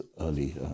early